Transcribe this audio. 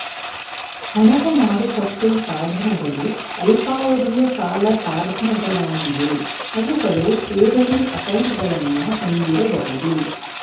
ಹಣದ ಮಾರುಕಟ್ಟೆ ಸಾಧನಗಳು ಅಲ್ಪಾವಧಿಯ ಸಾಲ ಸಾಧನಗಳಾಗಿವೆ ಅವುಗಳು ಠೇವಣಿ ಅಕೌಂಟ್ಗಳನ್ನ ಹೊಂದಿರಬಹುದು